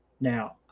now